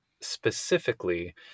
specifically